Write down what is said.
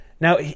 Now